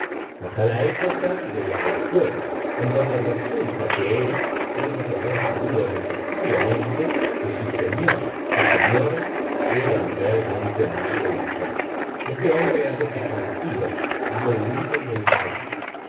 hasta la época cle la escuela de donde resulta que él tiene que haber sabido necesariamente que su señor y señóla eran realmente marido y mujer este hombre ha desaparecido ha huido deí país